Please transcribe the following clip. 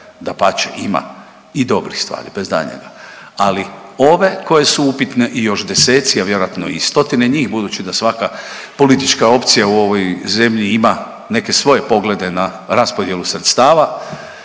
dapače ima i dobrih stvari bez daljnjega, ali ove koje su upitne i još deseci, a vjerojatno i stotine njih budući da svaka politička opcija u ovoj zemlji ima neke svoje poglede na raspodjelu sredstava,